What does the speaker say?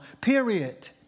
period